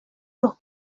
los